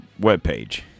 webpage